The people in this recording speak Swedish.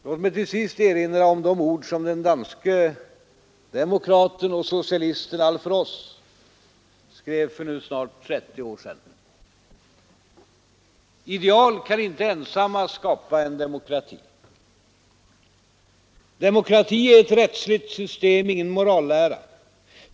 Låt mig till sist erinra om de ord den danske socialisten och demokraten Alf Ross skrev för snart 30 år sedan: ”Ideal kan inte ensamma skapa en demokrati. Demokrati är ett rättsligt system, ingen morallära.